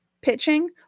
pitching